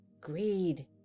greed